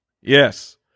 Yes